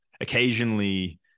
occasionally